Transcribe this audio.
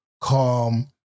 calm